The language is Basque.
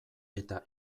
eta